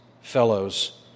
fellows